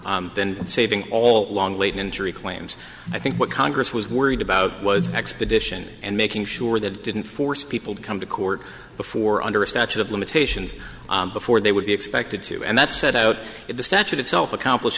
narrower than saving all along late injury claims i think what congress was worried about was expedition and making sure that it didn't force people to come to court before under a statute of limitations before they would be expected to and that set out the statute itself accomplish